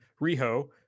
Riho